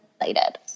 excited